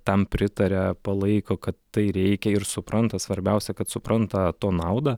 tam pritaria palaiko kad tai reikia ir supranta svarbiausia kad supranta to naudą